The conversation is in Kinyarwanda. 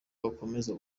bakomeza